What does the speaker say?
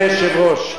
אדוני היושב-ראש,